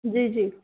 جی جی